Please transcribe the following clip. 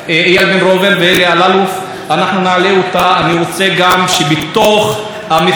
אני גם רוצה שבתוך המכרזים של הבנייה יהיה סעיף מתומחר,